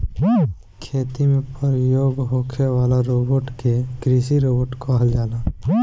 खेती में प्रयोग होखे वाला रोबोट के कृषि रोबोट कहल जाला